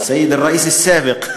סיד א-ראיס א-סאבק.